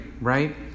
right